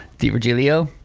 di virgilio.